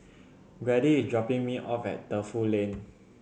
Grady is dropping me off at Defu Lane